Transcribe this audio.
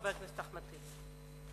חבר הכנסת אחמד טיבי.